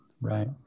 Right